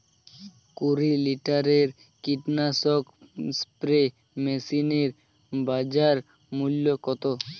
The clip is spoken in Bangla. কুরি লিটারের কীটনাশক স্প্রে মেশিনের বাজার মূল্য কতো?